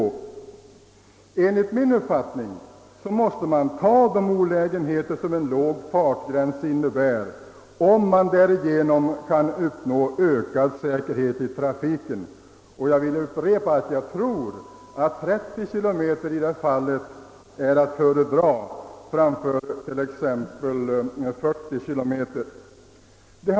Enligt min uppfattning måste man ta olägenheterna med en låg fartgräns om man därigenom uppnår ökad säkerhet i trafiken. Jag vill upprepa att jag tror att 30 kilometer i timmen är att föredra framför t.ex. 40 kilometer i timmen.